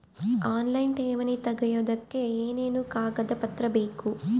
Online ಠೇವಣಿ ತೆಗಿಯೋದಕ್ಕೆ ಏನೇನು ಕಾಗದಪತ್ರ ಬೇಕು?